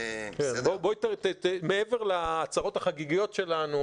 מעבר ל'צרות החגיגיות' שלנו,